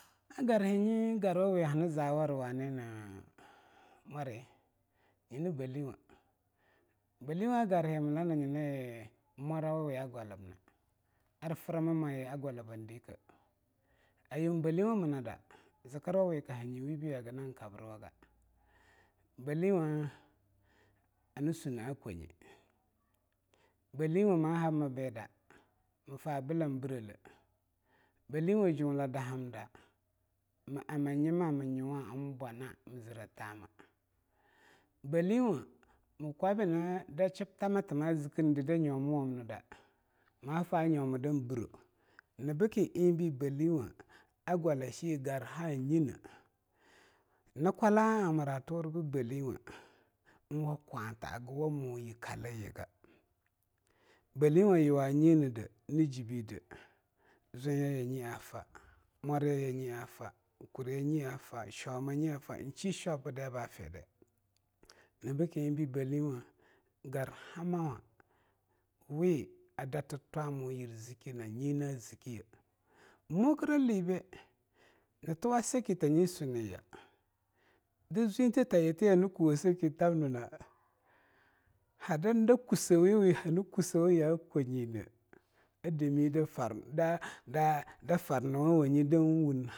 A garwa nyein garwuwei hanna zaawara wanene mworyei nyla Balinwo Banlinhein garwi nyina yein marau a gwalibnaa. Ar framamayei handikeh ayun beinlinwamuna da zikirwii kah hanyein weibii na haga. Beinlinwu hanna suuna akwanye, beinlinwu ma hab ma beeda ma faa billah brealeh, beilin wu juula da him da, ma a amm ma nyin mah nyuwa ba bwaneh ma zireh taama. Beilinwa ma kwabi da ship jama ma zike nee dei da nyomawan da wa faa nyom dan beiroh nyina beiki lngbii beilinwa a gwala shin nyamha. Nyina kwada amm naa tura bei belinwa lngwaa kwantha haga wahmu yir kaliyaga beilinwa yeiwa nyeing neiden na jeebi dei zwinya yanyin hah faah mworyanyein hah faah, kurwanyin hah faah shaomanyen hah faa ing shishwabdei baa fedei. Nyina biki ingbii beelingwai gaar hamawa wei a datir toa ziki naa; nyein na ziki yel mwokirel libei na tuwa seiki ta nyin suneiyah dei zwinta tayei ingti hanna kowoe seiki tamnena hadan daa kusaiwu wei han hanna kusauu yaa kunyei ne daa a dami farr daa-daa-daafranun wanyen dan woun.